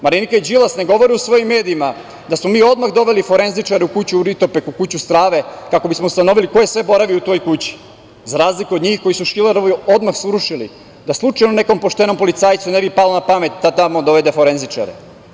Marinika i Đilas ne govore u svojim medijima da smo mi odmah doveli forenzičare u kuću u Ritopeku, u kuću strave kako bismo ustanovili koje sve boravio u toj kući za razliku od njih koji su Šilerovu odmah srušili da slučajno nekom poštenom policajcu ne bi palo na pamet da tamo dovede forenzičare.